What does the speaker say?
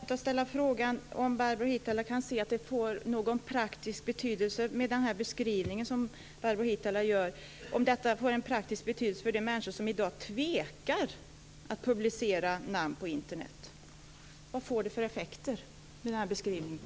Fru talman! Kan Barbro Hietala Nordlund se att det får någon praktisk betydelse med den beskrivning som Barbro Hietala Nordlund gör? Får det en praktisk betydelse för de människor som i dag tvekar att publicera namn på Internet? Vilka effekter blir det med den här beskrivningen?